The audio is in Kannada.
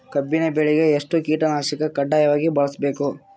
ಕಬ್ಬಿನ್ ಬೆಳಿಗ ಎಷ್ಟ ಕೀಟನಾಶಕ ಕಡ್ಡಾಯವಾಗಿ ಬಳಸಬೇಕು?